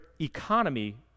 economy